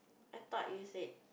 I thought you said